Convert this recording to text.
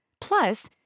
Plus